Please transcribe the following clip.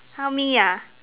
tell me ya